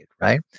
right